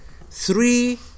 Three